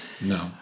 no